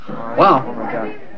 Wow